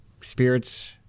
spirits